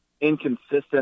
inconsistent